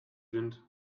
wind